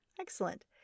excellent